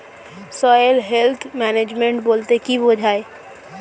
Soil health management বলতে কি বুঝায়?